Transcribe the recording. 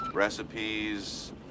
recipes